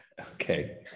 Okay